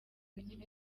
binini